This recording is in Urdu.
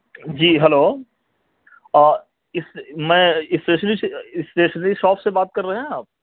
جی ہلو اس میں اسٹیشنری اسٹیشنری شاپ سے بات کر رہے ہیں آپ